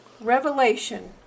Revelation